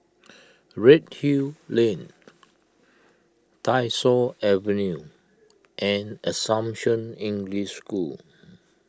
Redhill Lane Tyersall Avenue and Assumption English School